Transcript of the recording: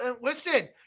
Listen